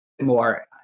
more